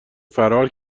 فرار